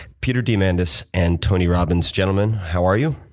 peter diamandis and tony robins. gentleman, how are you?